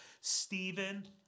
Stephen